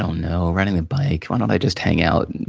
don't know, riding the bike, why don't i just hang out.